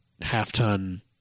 half-ton